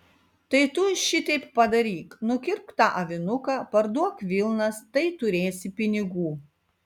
tai tu šiteip padaryk nukirpk tą avinuką parduok vilnas tai turėsi pinigų